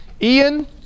Ian